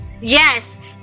Yes